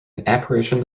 apparition